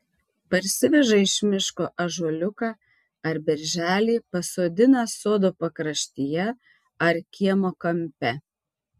parsiveža iš miško ąžuoliuką ar berželį pasodina sodo pakraštyje ar kiemo kampe